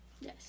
Yes